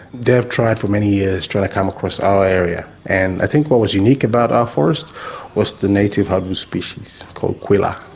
they've tried for many years, tried to come across our area. and i think what was unique about our forest was the native hardwood species called kwila.